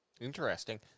Interesting